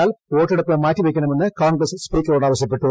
എന്നാൽ വോട്ടെടുപ്പ് മാറ്റിവെക്കണമെന്ന് കോൺഗ്രസ് സ്പീക്കറോട് ആവശ്യപ്പെട്ടു